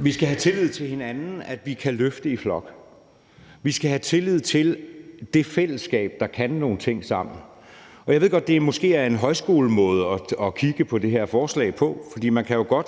vi skal have den tillid til hinanden, at vi kan løfte i flok, og vi skal have tillid til det fællesskab, der kan nogle ting sammen. Og jeg ved godt, at det måske er en højskolemåde at kigge på det her forslag på, for man kan jo godt